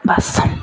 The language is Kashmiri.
بس